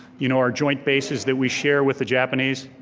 you know our joint bases that we share with the japanese.